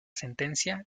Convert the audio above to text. sentencia